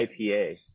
IPA